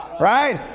right